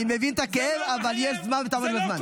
אני מבין את הכאב, אבל יש זמן, ותעמוד בזמן.